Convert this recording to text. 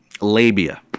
labia